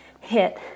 hit